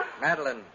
Madeline